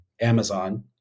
Amazon